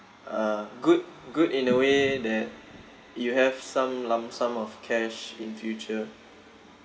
uh good good in a way that you have some lump sum of cash in future